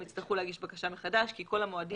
הם יצטרכו להגיש בקשה מחדש כי כל המועדים